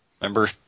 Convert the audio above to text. Remember